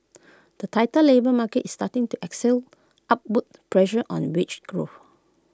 the tighter labour market is starting to excel upward pressure on wage growth